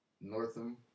Northam